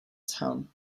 town